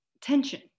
tension